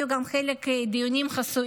חלק היו גם דיונים חסויים.